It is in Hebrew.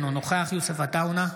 אינו נוכח יוסף עטאונה,